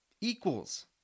Equals